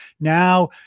Now